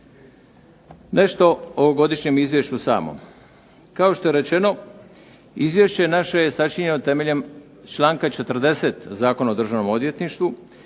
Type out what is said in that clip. Nešto o godišnjem izvješću samom. Kao što je rečeno izvješće naše je sačinjeno temeljem čl. 40. Zakona o Državnom odvjetništvu